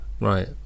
Right